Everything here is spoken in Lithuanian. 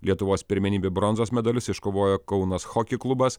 lietuvos pirmenybių bronzos medalius iškovojo kaunas hockey klubas